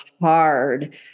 hard